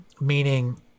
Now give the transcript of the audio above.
meaning